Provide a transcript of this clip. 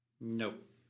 Nope